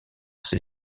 ces